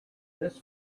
this